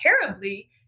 terribly